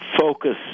focus